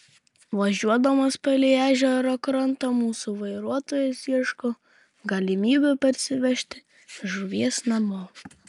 važiuodamas palei ežero krantą mūsų vairuotojas ieško galimybių parsivežti žuvies namo